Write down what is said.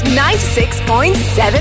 96.7